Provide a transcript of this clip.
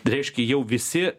reiškia jau visi